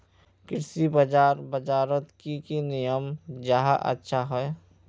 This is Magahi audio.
कृषि बाजार बजारोत की की नियम जाहा अच्छा हाई?